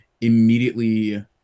immediately